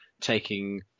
taking